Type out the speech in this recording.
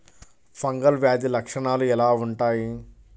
Fungal వ్యాధి లక్షనాలు ఎలా వుంటాయి?